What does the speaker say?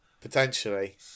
potentially